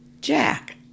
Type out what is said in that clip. Jack